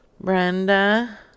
Brenda